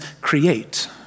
create